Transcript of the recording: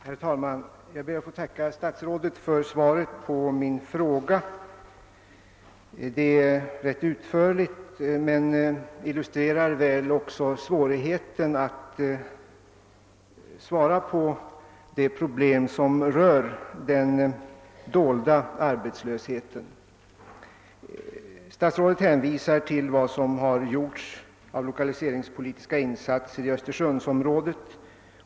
Herr talman! Jag ber att få tacka statsrådet för svaret på min fråga. Det är rätt utförligt men illustrerar väl också svårigheten att svara på frågor som rör den dolda arbetslösheten. Statsrådet hänvisar till de lokaliseringspolitiska insatser som har gjorts i Östersundsområdet.